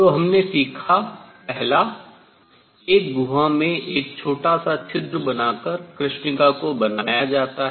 तो हमने सीखा पहला एक गुहा में एक छोटा सा छिद्र बनाकर कृष्णिका को बनाया जाता है